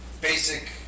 basic